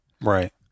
Right